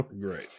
great